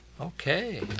Okay